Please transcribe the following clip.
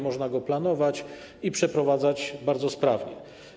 Można go planować i przeprowadzać bardzo sprawnie.